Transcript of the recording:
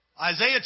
Isaiah